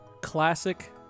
classic